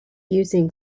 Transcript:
using